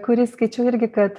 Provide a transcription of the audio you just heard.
kurį skaičiau irgi kad